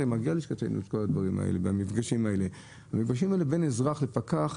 הרי כל הדברים האלה מגיעים ללשכתנו והמפגשים האלה בין אזרח לפקח,